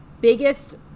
biggest